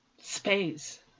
space